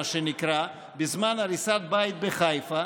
מה שנקרא, בזמן הריסת בית בחיפה,